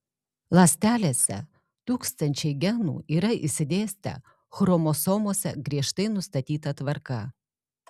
ląstelėse tūkstančiai genų yra išsidėstę chromosomose griežtai nustatyta tvarka